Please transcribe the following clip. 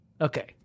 Okay